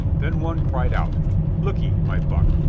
then one cried out look e, my buck,